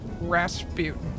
Rasputin